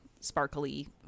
sparkly